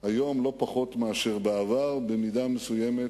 היום לא פחות מאשר בעבר, ובמידה מסוימת